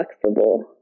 flexible